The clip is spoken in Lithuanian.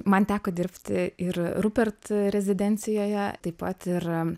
man teko dirbti ir rupert rezidencijoje taip pat ir